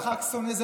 סתם ח"כ שונא?